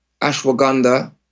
ashwagandha